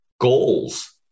goals